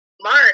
mark